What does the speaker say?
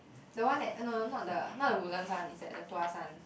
the one that uh no no not the not the Woodlands one it's at the Tuas one